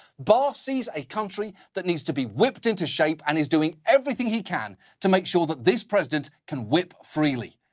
barr sees a country that needs to be whipped into shape and is doing everything he can to make sure that this president can whip freely.